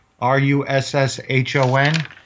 r-u-s-s-h-o-n